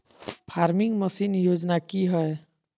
Farming machine योजना कि हैय?